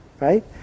right